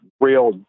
real